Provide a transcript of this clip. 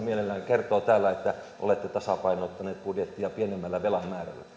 mielellään kertoo täällä että olette tasapainottaneet budjettia pienemmällä velan määrällä